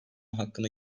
hakkını